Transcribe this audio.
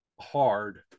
hard